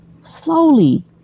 Slowly